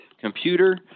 computer